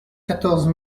quatorze